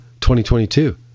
2022